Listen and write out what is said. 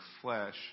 flesh